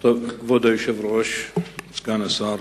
כבוד היושב-ראש, סגן השר,